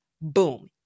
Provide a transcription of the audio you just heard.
Boom